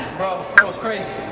bro, that was crazy.